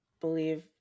believe